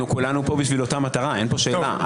אנחנו כולנו פה בשביל אותה מטרה, אין פה שאלה.